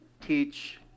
teach